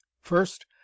first